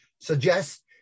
Suggest